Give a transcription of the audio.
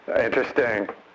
Interesting